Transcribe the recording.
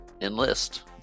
enlist